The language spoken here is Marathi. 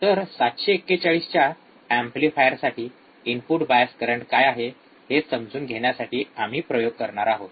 तर ७४१ च्या ऑपरेशनल एंपलिफायरसाठी इनपुट बायस करंट काय आहे हे समजून घेण्यासाठी आम्ही प्रयोग करणार आहोत